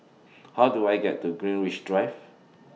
How Do I get to Greenwich Drive